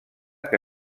que